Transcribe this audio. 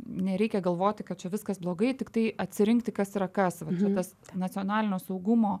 nereikia galvoti kad čia viskas blogai tiktai atsirinkti kas yra kas va čia tas nacionalinio saugumo